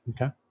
Okay